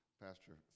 Pastor